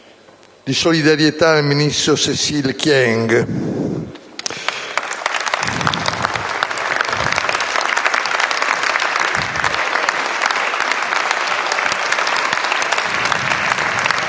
di solidarietà al ministro Cécile Kyenge